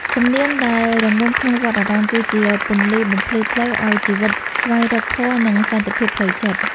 សំនៀងដែលរងំក្នុងវត្តអារាម គឺជាពន្លឺបំភ្លឺផ្លូវឱ្យជីវិតស្វែងរកធម៌ និងសន្តិភាពផ្លូវចិត្ត។